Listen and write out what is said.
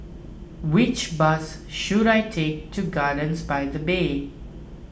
which bus should I take to Gardens by the Bay